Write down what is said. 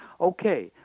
Okay